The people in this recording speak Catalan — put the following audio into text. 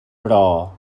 però